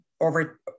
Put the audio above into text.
over